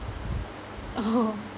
oh